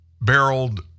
barreled